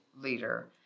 leader